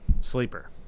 sleeper